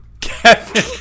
Kevin